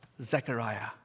Zechariah